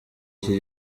iki